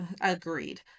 Agreed